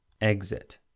EXIT